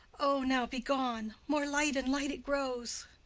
o, now be gone! more light and light it grows.